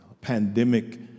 pandemic